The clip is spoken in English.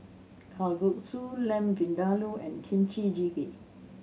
Kalguksu Lamb Vindaloo and Kimchi Jjigae